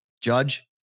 Judge